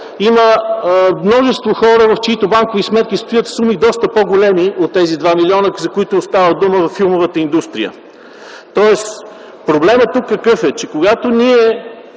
има множество хора, в чиито банкови сметки стоят суми доста по-големи от тези 2 милиона, за които става дума във филмовата индустрия. Тоест какъв е тук проблемът? Когато ние